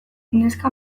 neska